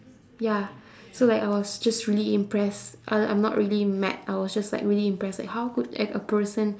ya so like I was just really impressed uh I'm not really mad I was just like really impressed like how could like a person